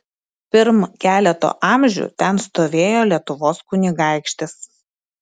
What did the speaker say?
pirm keleto amžių ten stovėjo lietuvos kunigaikštis